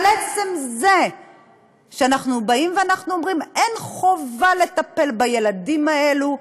אבל עצם זה שאנחנו אומרים: אין חובה לטפל בילדים האלה,